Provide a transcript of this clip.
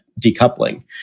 decoupling